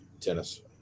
tennis